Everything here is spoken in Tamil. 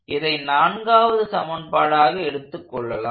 இதை நான்காவது சமன்பாடாக எடுத்துக் கொள்ளலாம்